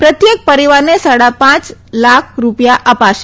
પ્રત્યેક પરીવારને સાડા પાંચ લાભ રૂપિયા અપાશે